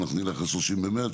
31 במרס,